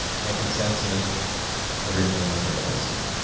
making sense of everything like they always do.